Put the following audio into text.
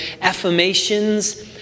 affirmations